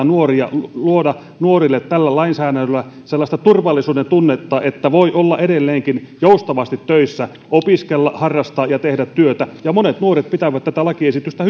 nuoria luoda nuorille tällä lainsäädännöllä sellaista turvallisuudentunnetta että voi olla edelleenkin joustavasti töissä opiskella harrastaa ja tehdä työtä ja monet nuoret pitävät tätä lakiesitystä